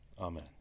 Amen